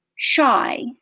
shy